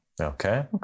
Okay